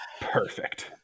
perfect